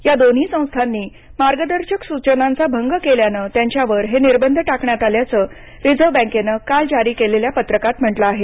या दोन्ही संस्थांनी मार्गदर्शक सूचनांचा भंग केल्यानं त्यांच्यावर हे निर्बंध टाकण्यात आल्याचं रिझर्व बँकेनं काल जारी केलेल्या पत्रकात म्हटलं आहे